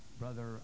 Brother